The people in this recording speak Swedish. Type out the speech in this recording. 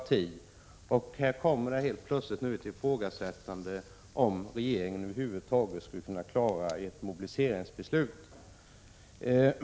Helt plötsligt ifrågasätts nu om regeringen över huvud taget skulle klara av att fatta ett mobiliseringsbeslut.